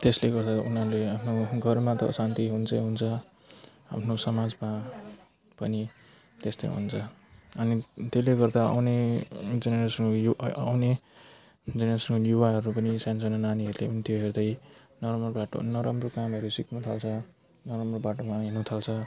त्यसले गर्दा उनीहरूले आफ्नो घरमा त अशान्ति हुन्छै हुन्छ आफ्नो समाजमा पनि त्यस्तै हुन्छ अनि त्यसले गर्दा आउने जेनेरेसनको यु आउने जेनेरेसनको युवाहरू पनि सानो सानो नानीहरूले पनि हेर्दै नराम्रो बाटो नराम्रो कामहरू सिक्नुथाल्छ नराम्रो बाटोमा हिँड्नु थाल्छ